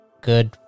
Good